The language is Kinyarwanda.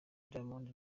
diamond